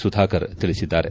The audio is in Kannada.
ಸುಧಾಕರ್ ತಿಳಿಸಿದ್ದಾರೆ